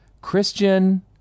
Christian